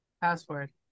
Password